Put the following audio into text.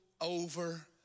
over